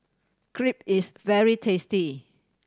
crepe is very tasty